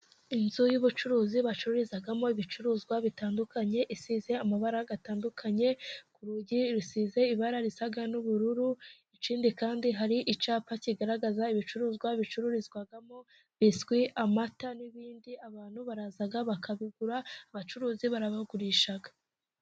Inzu y'ubucuruzi bacururizamo ibicuruzwa bitandukanye，isize amabara atandukanye， ku rugi rusize ibara risa n'ubururu， ikindi kandi hari icyapa kigaragaza ibicuruzwa bicururizwamo， biswi， amata， n'ibindi. Abantu baraza bakabigura， abacuruzi barabigurisha.